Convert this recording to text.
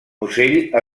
musell